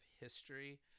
history